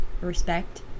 respect